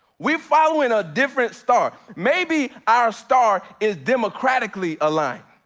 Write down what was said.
we following a different star. maybe our star is democratically aligned.